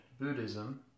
Buddhism